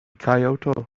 kyoto